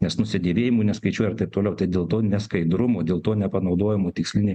nes nusidėvėjimų neskaičiuoja ir taip toliau dėl to neskaidrumo dėl to nepanaudojamo tikslinį